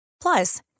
Plus